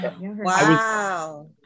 wow